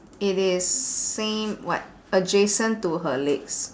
it is same what adjacent to her legs